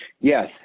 Yes